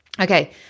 Okay